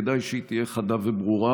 כדאי שהיא תהיה חדה וברורה.